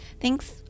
Thanks